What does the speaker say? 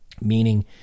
Meaning